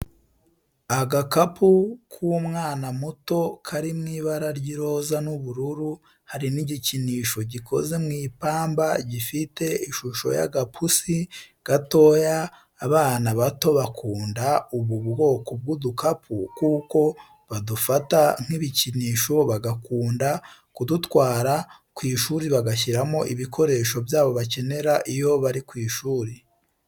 Agakapu k'umwana muto kari mu ibara ry'iroza n'ubururu hari igikinisho gikoze mu ipamba gifite ishusho y'agapusi gatoya, abana bato bakunda ubu kwoko bw'udukapu kuko badufata nk'ibikinisho bagakunda kudutwara ku ishuri bagashyiramo ibikoresho byabo bakenera iyo bari ku ishuri.